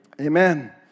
Amen